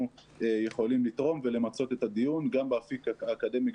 יכולים לתרום ולמצות את הדיון גם באפיק האקדמי,